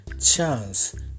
chance